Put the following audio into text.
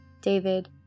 David